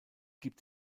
gibt